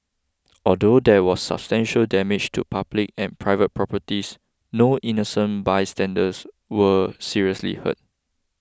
although there was substantial damage to public and private properties no innocent bystanders were seriously hurt